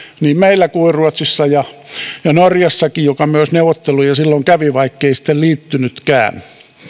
niin meillä kuin ruotsissa ja norjassakin joka myös neuvotteluja silloin kävi vaikkei sitten liittynytkään